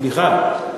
סליחה.